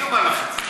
אני אומר לך את זה.